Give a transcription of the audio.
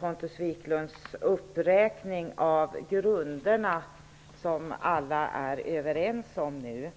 Pontus Wiklund räknar upp grunderna i det nya pensionssystemet som alla är överens om. Vi